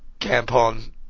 Campon